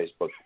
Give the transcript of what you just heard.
Facebook